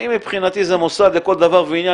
מבחינתי זה מוסד לכל דבר ועניין,